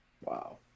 wow